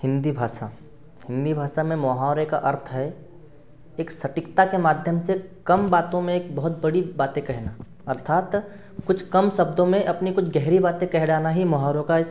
हिंदी भाषा हिंदी भाषा में मोहावरे का अर्थ है एक सटीकता के माध्यम से कम बातों में एक बहुत बड़ी बातें कहना अर्थात कुछ कम शब्दों में अपनी कुछ गहरी बातें कह डालना ही मोहावरों का